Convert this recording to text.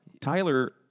Tyler